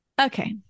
Okay